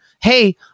hey